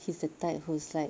he's the type who's like